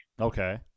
Okay